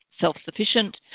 self-sufficient